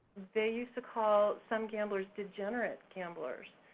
they used to call some gamblers degenerate gamblers.